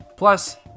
Plus